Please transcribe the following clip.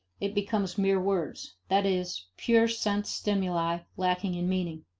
it becomes mere words that is, pure sense-stimuli, lacking in meaning.